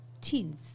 teens